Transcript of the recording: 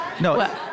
No